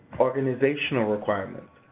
organizational requirements,